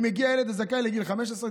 עם הגיע הילד הזכאי לגיל 15,